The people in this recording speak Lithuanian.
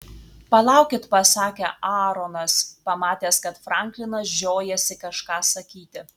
palaukit pasakė aaronas pamatęs kad franklinas žiojasi kažką sakyti